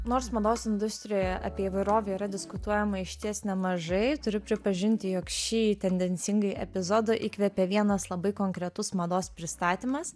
nors mados industrijoje apie įvairovę yra diskutuojama išties nemažai turiu pripažinti jog šį tendencingąjį epizodą įkvepia vienas labai konkretus mados pristatymas